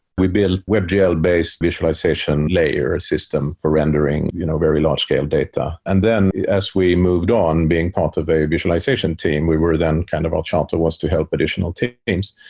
we'd be a webgl-based visualization layer ah system for rendering you know very large scale data. and then as we moved on being part of a visualization team, we were then kind of all chapter was to help additional teams.